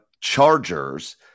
Chargers –